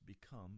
become